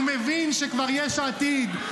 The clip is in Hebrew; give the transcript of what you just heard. הוא מבין שיש עתיד,